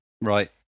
Right